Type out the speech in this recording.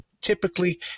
typically